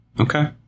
Okay